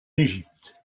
égypte